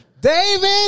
David